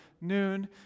noon